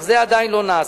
אך זה עדיין לא נעשה.